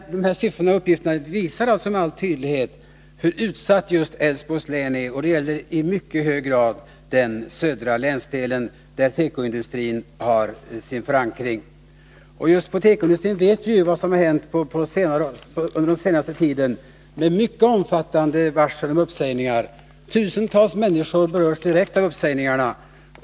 Dessa siffror visar med all tydlighet hur utsatt just Älvsborgs län är. Detta gäller i mycket hög grad den södra länsdelen, där tekoindustrin har sin förankring. Vi vet vad som hänt inom just tekoindustrin på senare tid. Det har varit mycket omfattande varsel om uppsägningar. Tusentals människor berörs direkt av uppsägningarna.